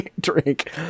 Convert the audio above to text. drink